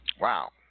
Wow